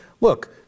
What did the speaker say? Look